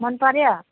मन पर्यो